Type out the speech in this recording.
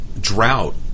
Drought